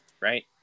Right